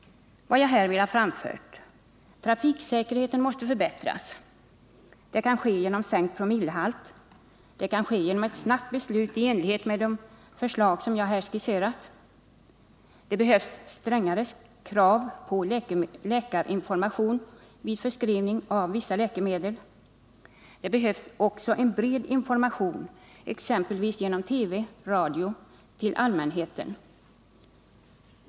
Vad jag här vill ha framfört är följande. Trafiksäkerheten måste förbättras. Det kan ske genom sänkt promillehalt. Det kan ske genom ett snabbt beslut i enlighet med de förslag som jag här skisserat. Det behövs strängare krav på läkarinformation vid förskrivning av vissa läkemedel. Det behövs också bred information, exempelvis genom TV och radio, till allmänheten.